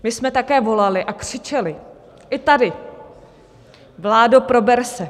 My jsme také volali a křičeli i tady vládo, prober se!